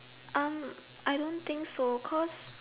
um I don't think so cause